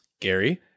Gary